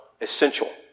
essential